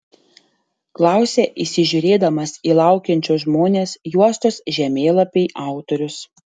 klausia įsižiūrėdamas į laukiančius žmones juostos žemėlapiai autorius